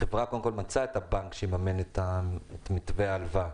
החברה מצאה את הבנק שיממן את מתווה ההלוואה,